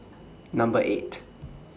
Number eight